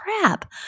crap